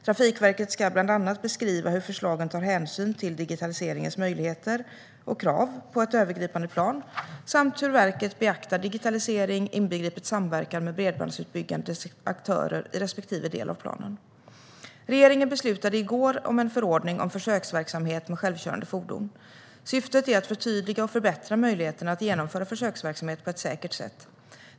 Trafikverket ska bland annat beskriva hur förslaget tar hänsyn till digitaliseringens möjligheter och krav på ett övergripande plan, samt hur verket beaktar digitalisering, inbegripet samverkan med bredbandsutbyggande aktörer i respektive del av planen. Regeringen beslutade i går om en förordning om försöksverksamhet med självkörande fordon. Syftet är att förtydliga och förbättra möjligheterna att genomföra försöksverksamhet på ett säkert sätt.